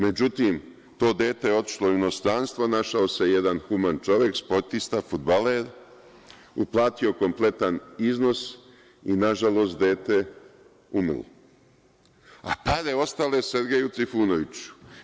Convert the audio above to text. Međutim, to dete je otišlo u inostranstvo, našao se jedan human čovek, sportista, fudbaler, uplatio kompletan iznos i nažalost dete umrlo, a pare ostale Sergeju Trifunoviću.